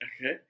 Okay